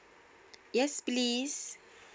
yes please